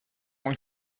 اون